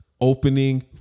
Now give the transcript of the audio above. Opening